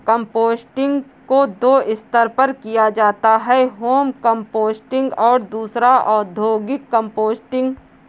composting को दो स्तर पर किया जाता है होम कंपोस्टिंग और दूसरा औद्योगिक कंपोस्टिंग